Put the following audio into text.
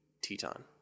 Teton